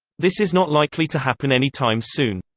this is not likely to happen any time soon.